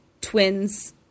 twins –